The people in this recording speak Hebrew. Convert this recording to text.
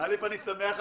אני כאן מייצג רק